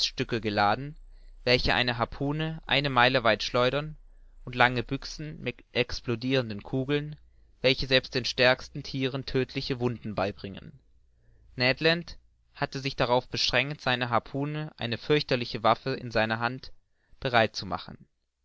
geladen welche eine harpune eine meile weit schleudern und lange büchsen mit explodirenden kugeln welche selbst den stärksten thieren tödtliche wunden beibringen ned land hatte sich darauf beschränkt seine harpune eine fürchterliche waffe in seiner hand bereit zu machen